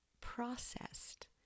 processed